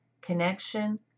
connection